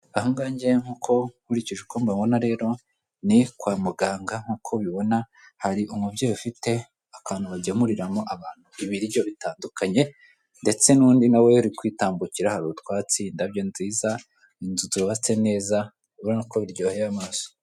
Aha ngaha ngewe nk'uko, nkurikije uko mbibona rero, ni kwa muganga nk'uko ubibona, hari umubyeyi ufite akantu bagemuriramo abantu ibiryo bitandukanye ndetse n'undi nawe uri kwitambukira, hari utwatsi, indabyo nziza, inzu zubatse neza, urabona ko biryoheye amaso.